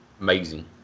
Amazing